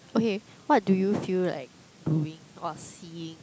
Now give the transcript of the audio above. okay what do you feel like doing or seeing